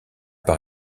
par